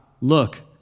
look